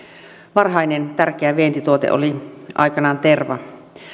varhainen tärkeä vientituote oli aikanaan terva